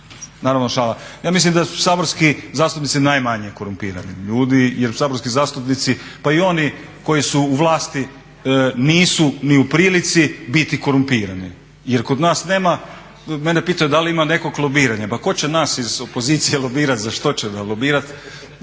Naravno šala. Ja mislim da su saborski zastupnici najmanje korumpirani ljudi jer saborski zastupnici, pa i oni koji su u vlasti nisu ni u prilici biti korumpirani jer kod nas nema. Mene pitaju da li nekog lobiranja. Pa tko će nas iz opozicije lobirat, za što će nas lobirat.